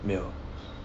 没有